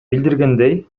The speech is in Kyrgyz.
билдиргендей